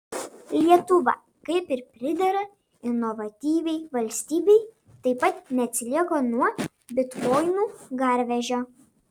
lietuva kaip ir pridera inovatyviai valstybei taip pat neatsilieka nuo bitkoinų garvežio